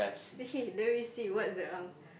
see the receipt what's the uh